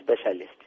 specialist